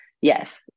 yes